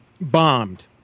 bombed